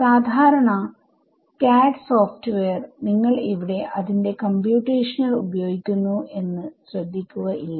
സാദാരണ CAD software നിങ്ങൾ ഇവിടെ അതിന്റെ കംപ്യൂട്ടേഷണൽ ഉപയോഗിക്കുന്നു എന്ന് ശ്രദ്ധിക്കുക ഇല്ല